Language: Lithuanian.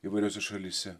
įvairiose šalyse